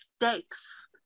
mistakes